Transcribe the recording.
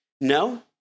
No